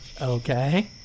Okay